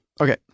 okay